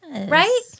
Right